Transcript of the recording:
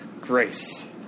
grace